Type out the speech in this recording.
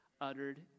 Uttered